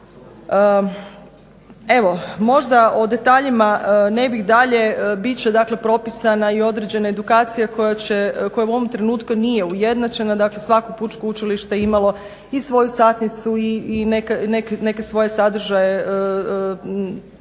Evo možda o detaljima ne bih dalje. Bit će dakle propisana i određena edukacija koja će, koja u ovom trenutku nije ujednačena. Dakle, svako pučko učilište imalo i svoju satnicu i neke svoje sadržaje s kojima